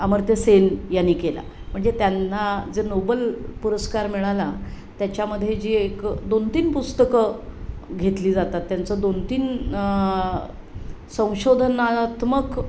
अमर्त्य सेन यांनी केला म्हणजे त्यांना जे नोबल पुरस्कार मिळाला त्याच्यामध्ये जी एक दोन तीन पुस्तकं घेतली जातात त्यांचं दोन तीन संशोधनात्मक